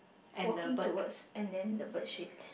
walking towards and then the bird shit